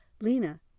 Lena